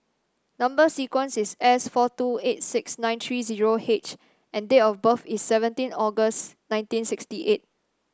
number sequence is S four two eight six nine three zero H and date of birth is seventeen August nineteen sixty eight